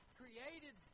created